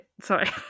Sorry